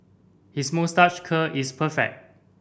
his moustache curl is perfect